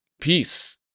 peace